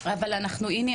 אבל הנה,